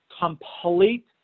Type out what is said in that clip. Complete